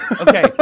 Okay